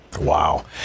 Wow